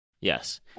Yes